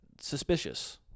suspicious